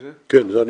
בבקשה.